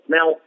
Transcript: Now